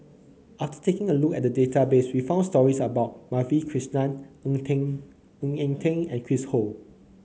after taking a look at the database we found stories about Madhavi Krishnan Ng Teng Eng Ng Eng Teng and Chris Ho